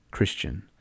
Christian